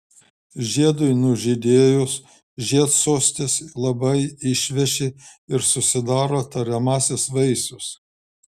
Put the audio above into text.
žiedui nužydėjus žiedsostis labai išveši ir susidaro tariamasis vaisius